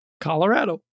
Colorado